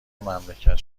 مملکت